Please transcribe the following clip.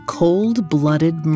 cold-blooded